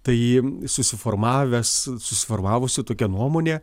tai susiformavęs susiformavusi tokia nuomonė